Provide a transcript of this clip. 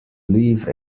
leave